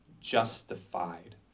justified